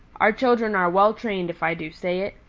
our children are well trained if i do say it.